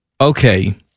Okay